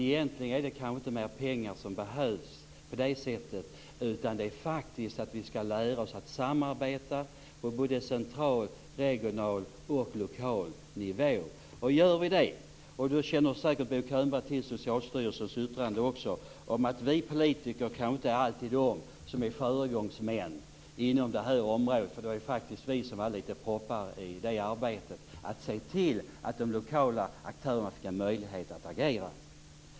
Egentligen är det kanske inte mera pengar som behövs, utan det handlar faktiskt om att vi lär oss att samarbeta på central, regional och lokal nivå. Bo Könberg känner säkert också till Socialstyrelsens yttrande om att vi politiker kanske inte alltid är de som är föregångsmän inom det här området. Litet grann var vi ju faktiskt proppar i arbetet med att se till att de lokala aktörerna fick en möjlighet att agera.